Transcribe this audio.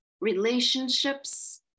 relationships